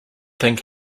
think